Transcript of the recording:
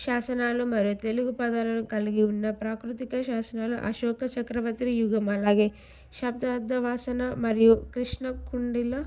శాసనాలు మరియు తెలుగు పదాలను కలిగి ఉన్న ప్రాకృతిక శాసనాలు అశోక చక్రవత్రి యుగం శతాబ్ద వాసన మరియు కృష్ణ కుండీలో